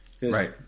Right